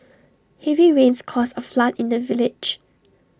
heavy rains caused A flood in the village